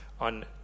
on